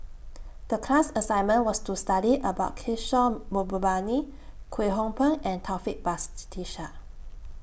The class assignment was to study about Kishore Mahbubani Kwek Hong Png and Taufik Batisah